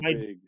big